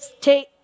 take